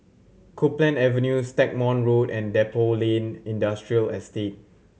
Copeland Avenue Stagmont Road and Depot Lane Industrial Estate